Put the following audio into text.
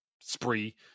spree